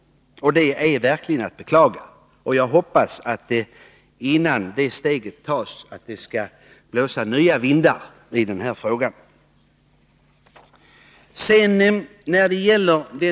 Det är verkligen att beklaga. Innan det steget tas hoppas jag att det skall blåsa nya vindar i denna fråga.